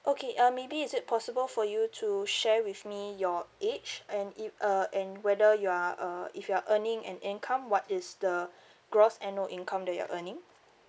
okay uh maybe is it possible for you to share with me your age and if uh and whether you are uh if you're earning an income what is the gross annual income that you're earning